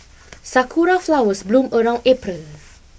sakura flowers bloom around April